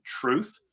truth